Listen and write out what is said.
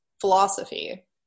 philosophy